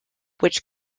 which